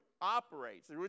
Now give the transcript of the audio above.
operates